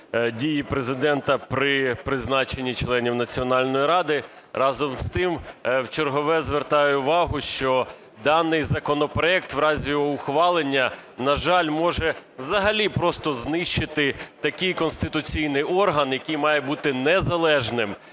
дії Президента при призначенні членів Національної ради. Разом з тим, вчергове звертаю увагу, що даний законопроект в разі його ухвалення, на жаль, може взагалі просто знищити такий конституційний орган, який має бути незалежним,